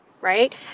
right